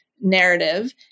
narrative